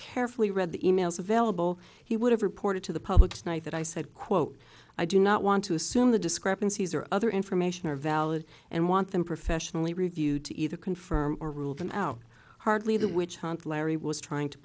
carefully read the e mails available he would have reported to the public tonight that i said quote i do not want to assume the discrepancies or other information are valid and want them professionally reviewed to either confirm or rule them out hardly the witchhunt larry was trying to